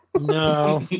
No